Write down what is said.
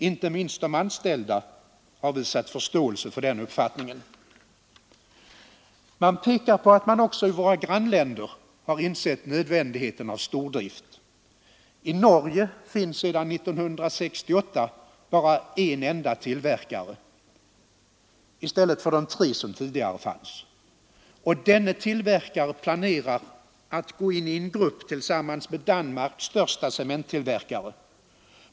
Inte minst de anställda har visat förståelse för den uppfattningen. Man pekar på att man också i våra grannländer har insett nödvändigheten av stordrift. I Norge finns sedan 1968 bara en tillverkare av cement i stället för de tre som tidigare fanns. Denne tillverkare planerar nu att gå in i en grupp med Danmarks största cementtillverkare.